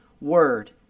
word